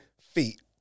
feet